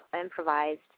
improvised